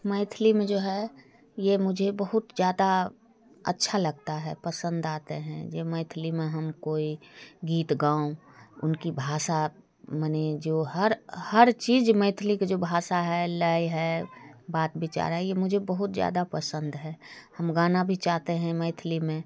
मैथिली में जो है यह मुझे बहुत ज़्यादा अच्छा लगता है पसंद आते हैं यह मैथिली में हम कोई गीत गाऊँ उनकी भाषा माने जो हर हर चीज़ मैथिली को जो भाषा है लय है बात विचार है यह मुझे बहुत ज़्यादा पसंद है हम गाना भी चाहते हैं मैथिली में